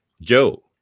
Joe